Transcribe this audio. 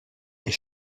est